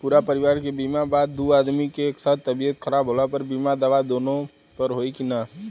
पूरा परिवार के बीमा बा त दु आदमी के एक साथ तबीयत खराब होला पर बीमा दावा दोनों पर होई की न?